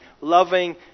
loving